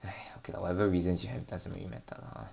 !haiya! okay lah whatever reasons you have doesn't really matter lah